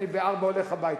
אני ב-16:00 הולך הביתה.